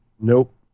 Nope